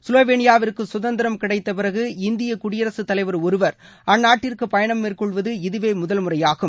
ஸ்லோவேளியாவிற்கு சுதந்திரம் கிடைத்தப் பிறகு இந்திய குடியரகத் தலைவர் ஒருவர் அந்நாட்டிற்கு பயணம் மேற்கொள்வது இதுவே முதல் முறையாகும்